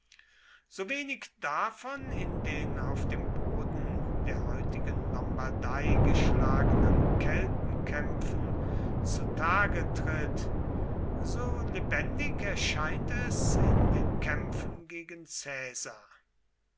nation sowenig davon in den auf dem boden der heutigen lombardei geschlagenen keltenkämpfen zu tage tritt so lebendig erscheint es in den kämpfen gegen caesar